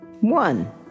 One